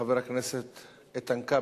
חבר הכנסת איתן כבל,